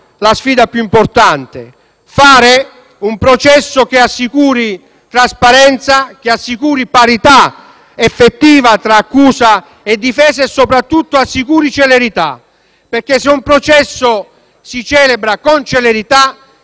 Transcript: la sfida più importante; fare un processo che assicuri trasparenza, parità effettiva tra accusa e difesa e, soprattutto, celerità. Se infatti un processo si celebra con celerità,